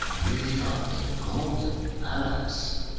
bringing up a golden axe,